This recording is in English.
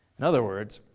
in other words,